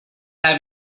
have